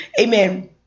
amen